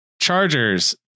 Chargers